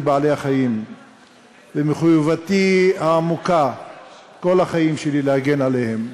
לבעלי-החיים ומחויבותי העמוקה כל החיים שלי להגן עליהם,